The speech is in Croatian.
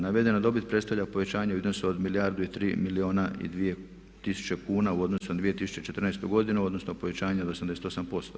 Navedena dobit predstavlja povećanje u iznosu od milijardu i 3 milijuna i 2 tisuće kuna u odnosu na 2014. godinu odnosno povećanje od 88%